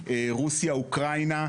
רוסיה-אוקראינה,